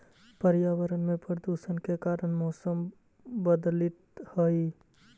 पर्यावरण में प्रदूषण के कारण मौसम बदलित हई